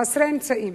חסרי האמצעים,